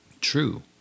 True